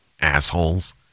Assholes